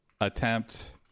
attempt